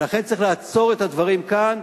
לכן צריך לעצור את הדברים כאן,